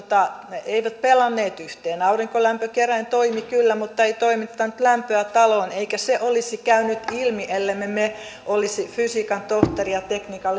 ne eivät pelanneet yhteen aurinkolämpökeräin toimi kyllä mutta ei toimittanut lämpöä taloon eikä se olisi käynyt ilmi ellemme me olisi fysiikan tohtori ja tekniikan